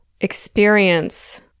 experience